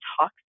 talk